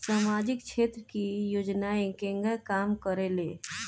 सामाजिक क्षेत्र की योजनाएं केगा काम करेले?